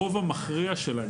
הרוב המכריע שלהם,